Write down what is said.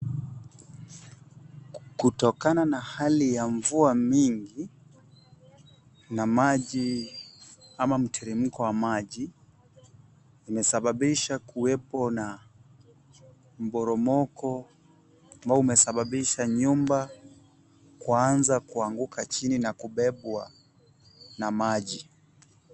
Kutokana na hali ya mvua mingi na maji ama mteremko wa maji, imesababisha kuwepo na mporomoko ambao umesababisha nyumba kuanza kuanguka chini na kubebwa na maji.